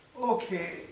Okay